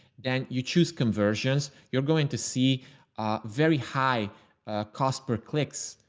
then you choose conversions. you're going to see very high cost per clicks,